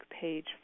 page